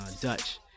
Dutch